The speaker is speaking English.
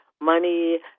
money